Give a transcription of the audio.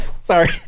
sorry